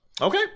Okay